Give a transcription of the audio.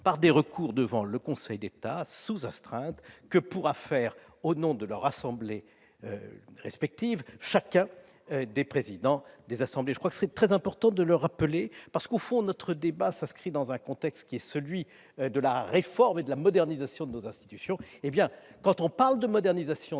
par les recours devant le Conseil d'État, sous astreinte, que pourront faire, au nom de leur assemblée respective, les présidents de chacune des deux chambres. Il est très important de le rappeler. Notre débat, en effet, s'inscrit dans un contexte qui est celui de la réforme et de la modernisation de nos institutions. Quand on parle de modernisation